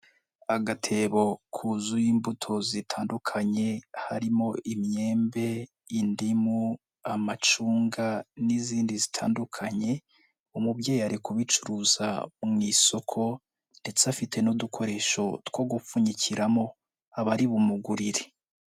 Agatebo kuzuye imbuto zitandukanye. harimo: imyembe, indimu, amacunga n'izindi zitandukanye. Umubyeyi ari kubicuruza mu isoko ndetse afite n'udukoresho two gupfunyikiramo abari bumugurire.